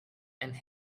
and